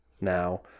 now